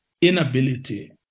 inability